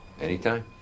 Anytime